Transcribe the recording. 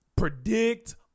Predict